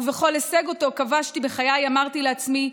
ובכל הישג שכבשתי בחיי אמרתי לעצמי: